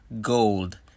gold